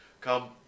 come